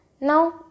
Now